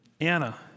Anna